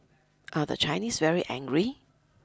are the Chinese very angry